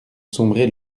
sombrer